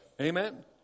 Amen